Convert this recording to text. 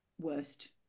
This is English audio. worst